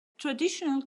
traditional